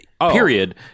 Period